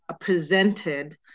presented